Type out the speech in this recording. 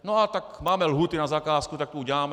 No, a tak máme lhůty na zakázku, tak to uděláme.